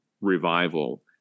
revival